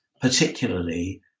particularly